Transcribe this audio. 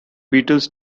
beatles